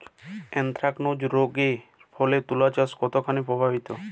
Anthracnose রোগ এর ফলে তুলাচাষ কতখানি প্রভাবিত হয়?